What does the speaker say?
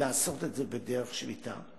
לעשות את זה בדרך שביתה.